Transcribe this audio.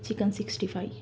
chicken sixty fi